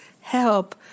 help